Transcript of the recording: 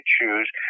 choose